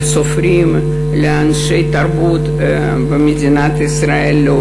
לסופרים ולאנשי תרבות עולים במדינת ישראל.